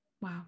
Wow